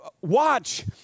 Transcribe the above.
Watch